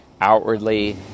outwardly